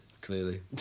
Clearly